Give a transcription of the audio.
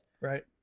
Right